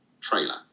trailer